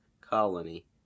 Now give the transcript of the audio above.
Colony